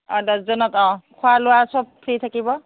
অঁ দছজনক অঁ খোৱা লোৱা সব ফ্ৰী থাকিব